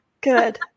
good